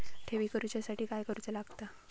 ठेवी करूच्या साठी काय करूचा लागता?